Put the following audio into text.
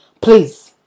please